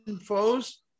foes